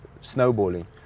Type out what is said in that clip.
snowballing